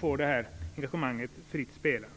får det här engagemanget fritt spelrum.